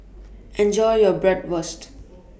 Enjoy your Bratwurst